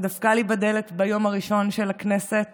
שדפקה על דלתי ביום הראשון של הכנסת